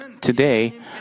Today